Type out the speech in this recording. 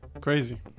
Crazy